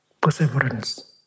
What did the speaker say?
perseverance